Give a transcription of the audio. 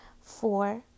Four